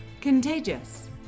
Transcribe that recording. contagious